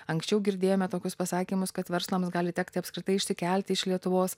anksčiau girdėjome tokius pasakymus kad verslams gali tekti apskritai išsikelt iš lietuvos